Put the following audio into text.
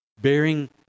bearing